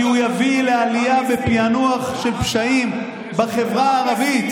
הוא יביא לעלייה ופיענוח של פשעים בחברה הערבית.